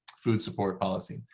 food support policy.